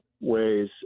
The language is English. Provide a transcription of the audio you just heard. ways